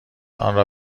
آنرا